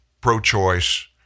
pro-choice